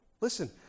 Listen